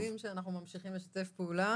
אנחנו יודעים שאנחנו ממשיכים לשתף פעולה